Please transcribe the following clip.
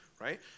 right